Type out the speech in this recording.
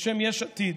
בשם יש עתיד